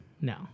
No